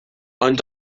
ond